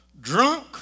drunk